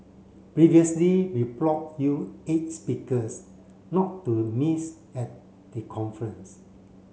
previously we brought you eight speakers not to miss at the conference